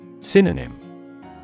Synonym